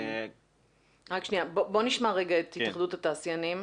נשמע את התאחדות התעשיינים.